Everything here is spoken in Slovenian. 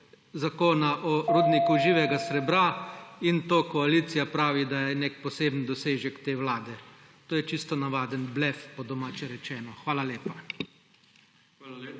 o rudniku živega srebra. In to koalicija pravi, da je nek poseben dosežek te vlade. To je čisto navaden blef, po domače rečeno. Hvala lepa.